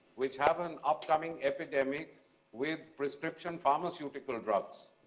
which have an upcoming epidemic with prescription pharmaceutical drugs.